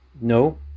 No